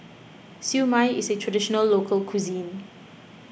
Siew Mai is a Traditional Local Cuisine